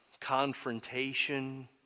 confrontation